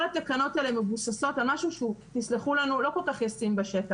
כל התקנות האלה מבוססות על משהו שהוא תסלחו לנו לא כל כך ישים בשטח.